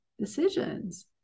decisions